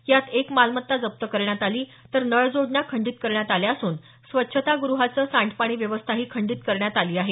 यात एक मालमत्ता जप्त करण्यात आली तर नळ जोडण्या खंडीत करण्यात आल्या असून स्वच्छता गृहाचं सांडपाणी व्यवस्थाही खंडीत करण्यात आली आहे